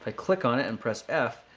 ah click on it and press f,